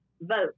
vote